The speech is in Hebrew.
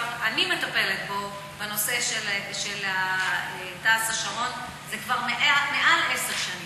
אני מטפלת בנושא של תע"ש השרון זה כבר מעל עשר שנים.